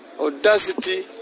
audacity